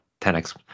10x